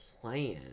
plan